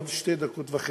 יש עוד שתי דקות וחצי.